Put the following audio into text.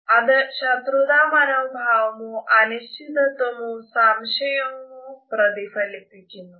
അത് ശത്രുതാമനോഭാവമോ അനിശ്ചിതത്വമോ സംശയമോ പ്രതിഫലിപ്പിക്കുന്നു